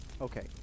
Okay